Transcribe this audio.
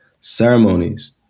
ceremonies